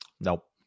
Nope